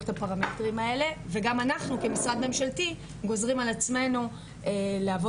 את הפרמטרים האלה וגם אנחנו כמשרד ממשלתי גוזרים על עצמנו להוות